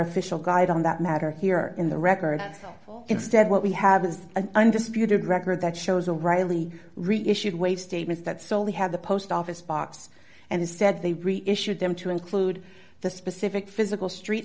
official guide on that matter here in the records instead what we have is an undisputed record that shows a rightly reissued way statements that solely have the post office box and instead they reissued them to include the specific physical street